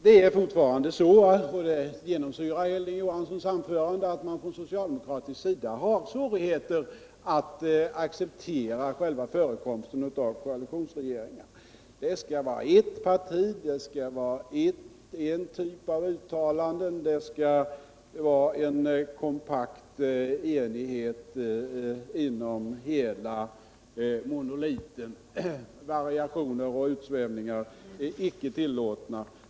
Det är fortfarande så att socialdemokratin — det genomsyrar Hilding Johanssons anförande — har svårt att acceptera själva förekomsten av koalitionsregeringar. Det skall vara ett parti, det skall vara en typ av uttalanden, det skall vara en kompakt enighet inom hela monoliten. Variationer och utsvävningar är icke tillåtna.